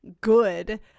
good